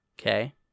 Okay